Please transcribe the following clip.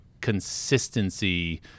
consistency